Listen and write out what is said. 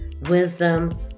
wisdom